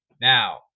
Now